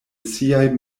siaj